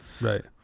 right